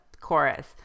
chorus